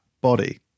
body